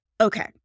Okay